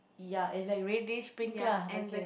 ya it's like reddish pink lah okay